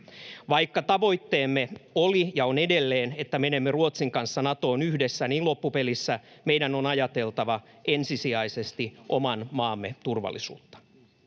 Vaikka tavoitteemme oli ja on edelleen, että menemme Ruotsin kanssa Natoon yhdessä, niin loppupelissä meidän on ajateltava ensisijaisesti oman maamme turvallisuutta.